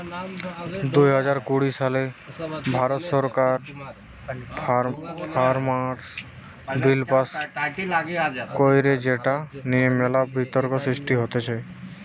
দুই হাজার কুড়ি সালে ভারত সরকার ফার্মার্স বিল পাস্ কইরে যেটা নিয়ে মেলা বিতর্ক সৃষ্টি হতিছে